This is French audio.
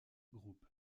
group